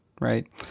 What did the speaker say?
right